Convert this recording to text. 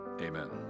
Amen